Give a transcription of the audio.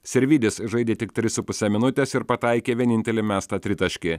sirvydis žaidė tik tris su puse minutės ir pataikė vienintelį mestą tritaškį